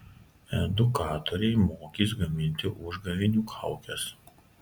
edukatoriai mokys gaminti užgavėnių kaukes